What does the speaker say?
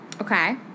Okay